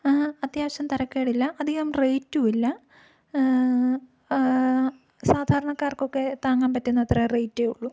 അത്യാവശ്യം തരക്കേടില്ല അധികം റേറ്റുമില്ല സാധാരണക്കാർക്കൊക്കെ താങ്ങാൻ പറ്റുന്ന അത്ര റേറ്റേ ഉള്ളു